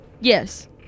Yes